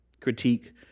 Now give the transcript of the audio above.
critique